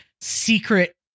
secret